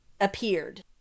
appeared